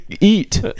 eat